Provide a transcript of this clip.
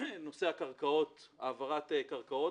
נושא העברת הקרקעות,